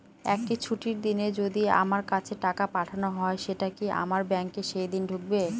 একটি ছুটির দিনে যদি আমার কাছে টাকা পাঠানো হয় সেটা কি আমার ব্যাংকে সেইদিন ঢুকবে?